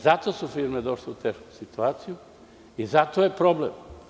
Zato su firme došle u tešku situaciju i zato je problem.